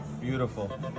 beautiful